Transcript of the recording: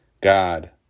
God